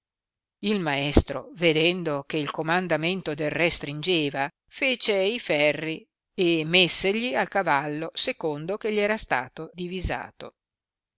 il maestro vedendo che il comandamento del re stringeva fece i ferri e messegli al cavallo secondo che gli era sta divisato